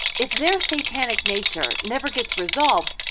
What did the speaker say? if their satanic nature never gets resolved,